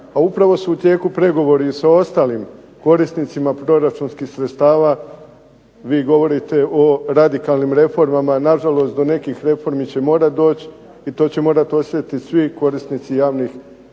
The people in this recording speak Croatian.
Pa upravo su u tijeku pregovori i sa ostalim korisnicima proračunskih sredstava. Vi govorite o radikalnim reformama, nažalost do nekih reformi će morati doći i to će morati osjetiti svi korisnici javnih